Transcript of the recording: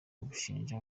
bushinja